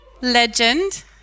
Legend